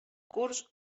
curs